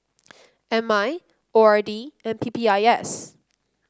M I O R D and P P I S